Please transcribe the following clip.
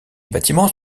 bâtiments